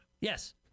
Yes